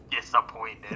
disappointed